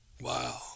Wow